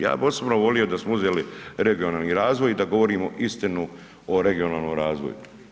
Ja bih osobno volio da smo uzeli regionalni razvoj i da govorimo istinu o regionalnome razvoju.